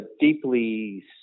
deeply